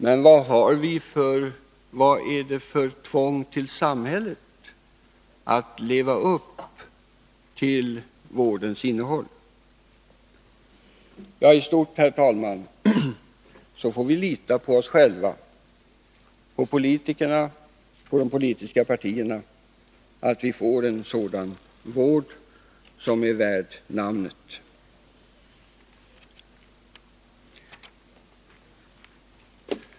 Men vilket är tvånget för samhället att leva upp till vårdens innehåll? Ja, i stort får vi lita på oss själva, på politikerna och de politiska partierna, och se till att vården blir en vård som är värd namnet.